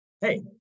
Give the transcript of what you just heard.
hey